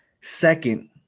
Second